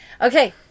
Okay